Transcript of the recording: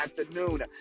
afternoon